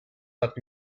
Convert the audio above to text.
hat